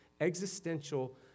existential